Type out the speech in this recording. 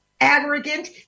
arrogant